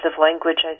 language